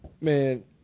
man